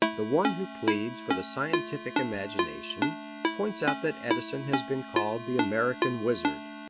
the one who pleads for the scientific imagination points out that edison has been called the american wizard.